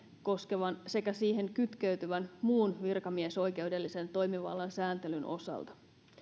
koskevan sekä siihen kytkeytyvän muun virkamiesoikeudellisen toimivallan sääntelyn osalta